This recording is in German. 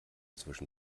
zwischen